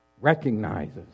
recognizes